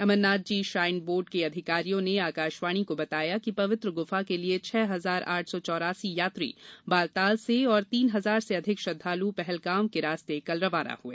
Amarnath ji shrine board के अधिकारियों ने आकाश्वाणी को बताया कि पवित्र गुफा के लिए छह हजार आठ सौ चौरासी यात्री बालताल से और तीन हजार से अधिक श्रद्वालु पहलगाम के रास्ते कल रवाना हुए